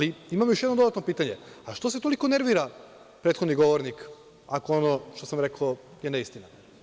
Imam još jedno dodatno pitanje – što se toliko nervira prethodni govornik ako ono što sam rekao je neistina?